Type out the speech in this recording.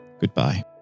goodbye